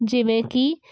ਜਿਵੇਂ ਕਿ